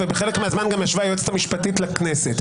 ובחלק מהזמן ישבה גם היועצת המשפטית לכנסת.